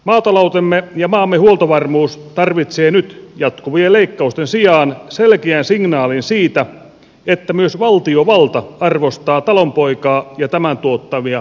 maataloutemme ja maamme huoltovarmuus tarvitsee nyt jatkuvien leikkausten sijaan selkeän signaalin siitä että myös valtiovalta arvostaa talonpoikaa ja tämän tuottamia elintarvikkeita